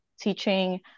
teaching